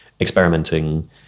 experimenting